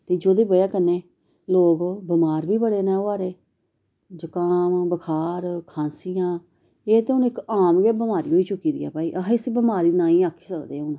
जेह्दी वजह कन्नै लोग बमार बी बड़े न होआ ऐ जकाम बखार खांसियां एह् ते हुन इक आम केह् बमारी होई चुकी दी ऐ भाई अस इस्सी बमारी नेईं आक्खी सकदे हून